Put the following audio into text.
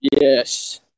Yes